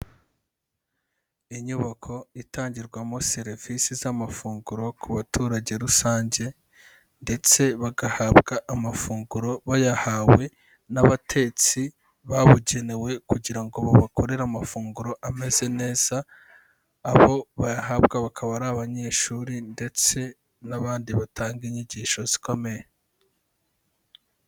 Inyubako itangirwamo serivisi z'amafunguro ku baturage rusange ndetse bagahabwa amafunguro bayahawe n'abatetsi babugenewe kugira ngo babakorere amafunguro ameze neza, abo bayahabwa bakaba ari abanyeshuri ndetse n'abandi batanga inyigisho zikomeye.